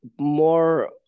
more